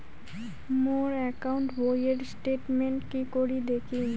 মোর account বইয়ের statement কি করি দেখিম?